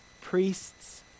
priests